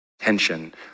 tension